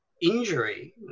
injury